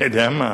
אתה יודע מה?